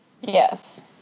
Yes